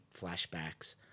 flashbacks